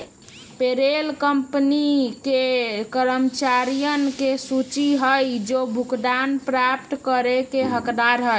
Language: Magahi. पेरोल कंपनी के कर्मचारियन के सूची हई जो भुगतान प्राप्त करे के हकदार हई